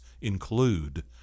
include